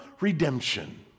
redemption